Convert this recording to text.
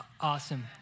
Awesome